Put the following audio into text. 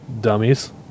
dummies